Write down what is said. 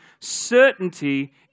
certainty